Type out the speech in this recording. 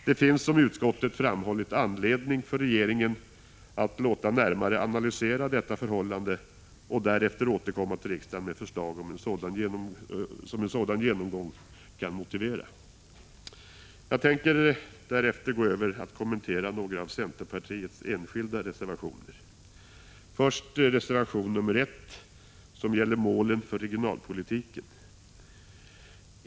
Det finns, som utskottet framhållit, anledning för regeringen att låta närmare analysera detta förhållande och därefter återkomma till riksdagen med de förslag som en sådan genomgång kan motivera. Jag tänkte härefter gå över till att kommentera några av centerpartiets enskilda reservationer. Först reservation nr 1, som gäller målen för regionalpolitiken.